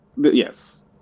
yes